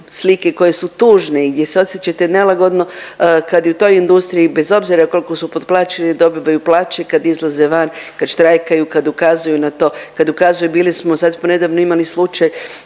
slike koje su tužne i gdje se osjećate nelagodno kad je u toj industriji bez obzira koliko su potplaćeni dobivaju plaće, kad izlaze van, kad štrajkaju, kad ukazuju na to, kad ukazuju bili smo sad smo nedavno imali slučaj